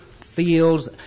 fields